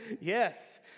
Yes